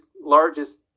largest